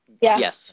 Yes